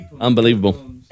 unbelievable